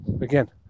again